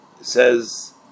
says